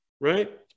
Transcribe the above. right